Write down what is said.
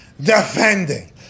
defending